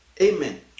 Amen